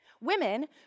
Women